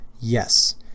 yes